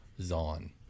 Zon